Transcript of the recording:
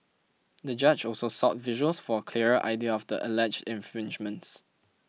the judge also sought visuals for a clearer idea of the alleged infringements